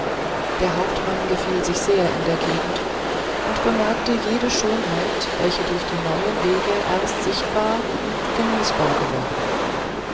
der hauptmann gefiel sich sehr in der gegend und bemerkte jede schönheit welche durch die neuen wege erst sichtbar und genießbar geworden